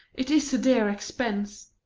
it is a dear expense.